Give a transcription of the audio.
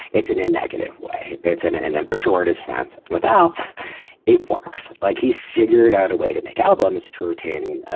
it's in a negative way. it's and and then perjorative sense without it works like he's figured out a way to make albums to retain